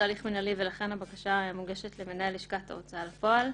זה הליך מנהלי ולכן הבקשה מוגשת למנהל לשכת ההוצאה לפועל.